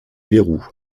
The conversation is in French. verrous